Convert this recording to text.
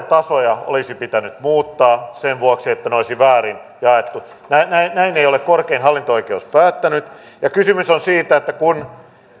tasoja olisi pitänyt muuttaa sen vuoksi että ne olisi väärin jaettu näin näin ei ole korkein hallinto oikeus päättänyt kysymys on siitä että kun